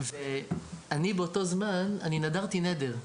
ואני, באותו זמן, אני נדרתי נדר.